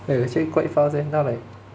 eh actually quite fast eh now like